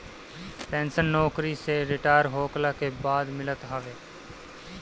pension नोकरी से retire होखला के बाद मिलत हवे